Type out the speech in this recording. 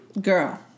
Girl